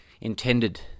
intended